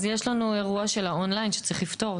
אז יש לנו אירוע של האון ליין שיש לפתור.